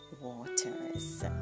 waters